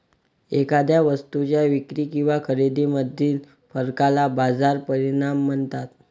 एखाद्या वस्तूच्या विक्री किंवा खरेदीमधील फरकाला बाजार परिणाम म्हणतात